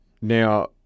Now